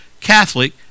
catholic